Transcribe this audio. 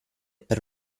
per